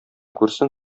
күрсен